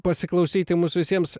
pasiklausyti mums visiems